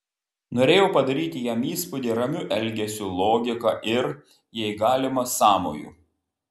norėjau padaryti jam įspūdį ramiu elgesiu logika ir jei galima sąmoju